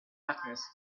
blackness